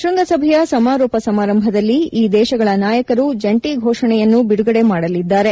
ಶ್ವಂಗಸಭೆಯ ಸಮಾರೋಪ ಸಮಾರಂಭದಲ್ಲಿ ಈ ದೇಶಗಳ ನಾಯಕರು ಜಂಟಿ ಘೋಷಣೆಯನ್ನು ಬಿಡುಗಡೆ ಮಾಡಲಿದ್ದಾರೆ